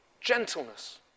gentleness